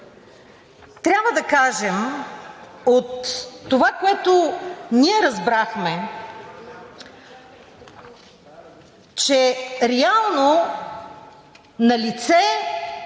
Трябва да кажем, от това, което ние разбрахме, че реално налице